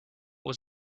was